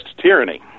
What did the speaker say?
tyranny